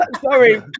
Sorry